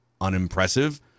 unimpressive